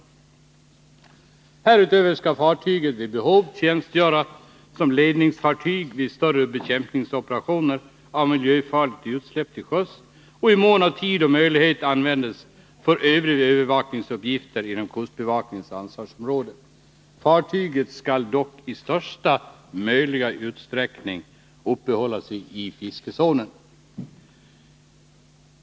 Härutöver skall fartyget vid behov tjänstgöra som ledningsfartyg vid större bekämpningsoperationer av miljöfarliga utsläpp till sjöss och i mån av tid och möjlighet användas för övriga övervakningsuppgifter inom kustbevakningens ansvarsområde. Fartyget skall dock i största möjliga utsträckning uppehålla sig i fiskezonen.